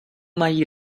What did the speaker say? mají